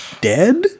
dead